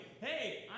hey